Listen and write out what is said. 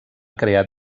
crear